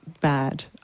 bad